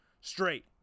straight